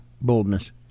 Boldness